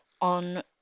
on